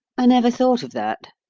i never thought of that,